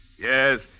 Yes